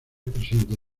presentes